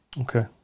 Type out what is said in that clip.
Okay